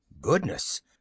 Goodness